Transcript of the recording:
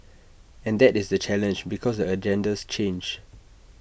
and that is the challenge because the agendas change